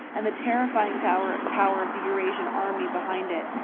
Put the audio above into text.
and the terrifying power power of the eurasian army behind it,